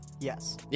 Yes